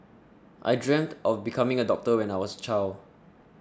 I dreamt of becoming a doctor when I was a child